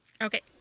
Okay